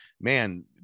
man